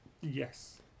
Yes